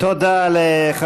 מה כואב לך,